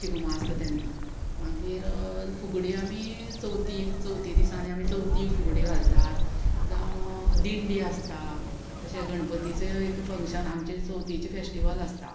शिगमो आसता तेन्ना मागीर फुगडी आमी चवथीक चवथी दिसांनी आमी चवथीक फुगडी घालतात जावं दिंडी आसता अशे गणपतीचे फंक्शन आमचे चवथीचे फेस्टिवल आसता